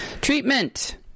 Treatment